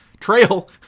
Trail